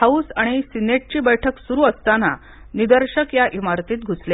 house आणि सिनेटची बैठक सुरु असताना निदर्शक या इमारतीत घुसले